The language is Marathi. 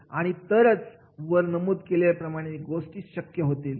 आणि तरच वर नमूद केलेल्या गोष्टी शक्य आहेत